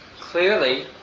clearly